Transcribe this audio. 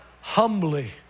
humbly